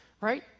right